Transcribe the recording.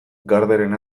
garderen